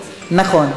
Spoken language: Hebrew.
נכון.